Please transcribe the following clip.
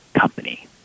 Company